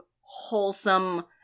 wholesome